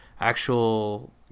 actual